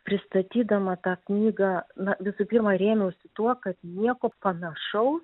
pristatydama tą knygą na visų pirma rėmiausi tuo kad nieko panašaus